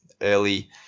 early